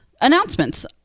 announcements